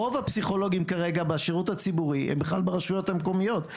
רוב הפסיכולוגים כרגע בשירות הציבורי הם בכלל ברשויות המקומיות.